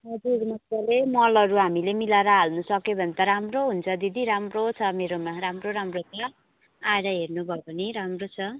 हजुर मजाले मलहरू हामीले मिलाएर हाल्नुसक्यो भने त राम्रो हुन्छ दिदी राम्रो छ मेरोमा राम्रो राम्रो छ आएर हेर्नुभयो भने राम्रो छ